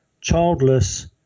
childless